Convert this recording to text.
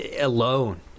alone